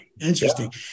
Interesting